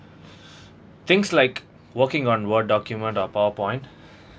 things like working on word document or powerpoint